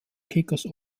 kickers